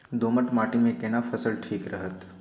दोमट माटी मे केना फसल ठीक रहत?